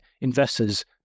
investors